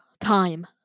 time